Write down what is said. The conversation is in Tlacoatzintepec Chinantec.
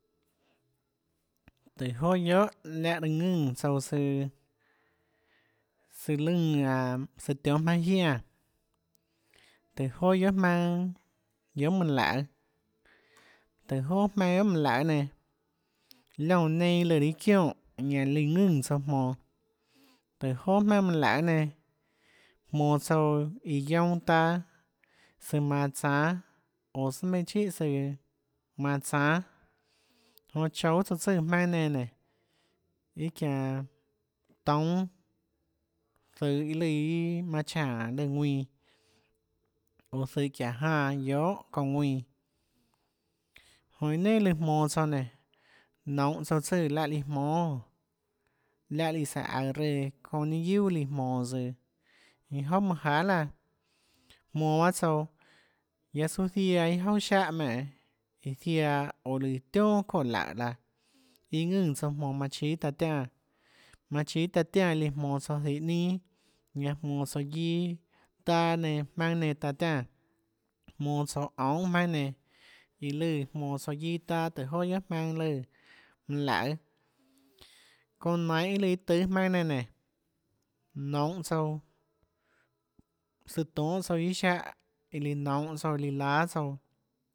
Tùhå joà guiohà láhã raã ðùnã tsouã søã søã lùnã aã søã tionhâ jmaønâ jiánã tùhå joà guiohà jmaønâ guiohà mønâ laøê tùhå joà jmaønâ guiohà mønâ laøê nenã liónã neinâ lùã raâ çionè lùã ðùnã tsouã jmonå tùhå joà guiohà manâ mønã laøê nenã jmonå tsouã iã guionâ taâ søã manã tsánâ oå sùà meinhâ chíhà søã manã tsánâ jonã choúâ tsouã tsùã jmaønâ nenã nénå iâ çianå toúnâ zøhå iâ lùã manã cháå lùã ðuinã oå zøhå çiáhå janã guiohà çounã ðuinã jonã iâ nenà lùãjmonå tsouã nénå nounhå tsouã tsùã láhã líã jmónâónà láhã líã sùhå aøå reã çounã ninâ guiuà líã jmonå tsøã iâ jouà manâ jahà laã jmonå bahâ tsouã guiaâ øâ ziaã iâ jouà siáhã menè iã ziaã oå líã çoè laùhå laã iã ðùnã tsouã jmonå manã chíâ taã tiánã manã chíâ taã tiánã líã jmonå tsouã zihå ninâ ñanã jmonå tsouã guiâ taâ nenã jmaønâ nenã taã tiánã jmonå tsouã ounhâ jmaønâ nenã iã lùã jmonå tsouã guiâ taâ guiohà ùhå joà guiohà jmaønâ lùã mønã laøê çounã nainhå iâ lùã iâ tùâ jmaønâ nenã nénå nounhå tsouã søã tonhâ tsouã iâ siáhã iâ lùã nounhå tsouã iã lùã láâ tsouã